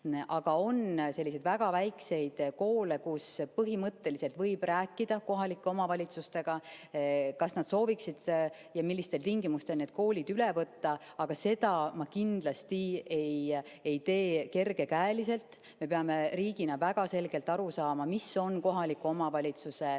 Samas on selliseid väga väikseid koole, mille puhul põhimõtteliselt võib rääkida kohalike omavalitsustega, kas nad sooviks ja [kui, siis] millistel tingimustel need koolid üle võtta. Aga seda ma kindlasti ei tee kergekäeliselt.Me peame riigina väga selgelt aru saama, mis on kohaliku omavalitsuse